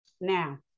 Now